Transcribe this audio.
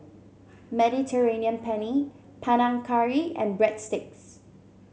Mediterranean Penne Panang Curry and Breadsticks